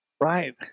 Right